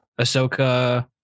ahsoka